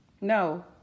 No